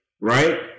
right